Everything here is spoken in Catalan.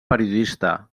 periodista